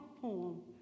poem